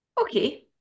Okay